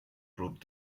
proved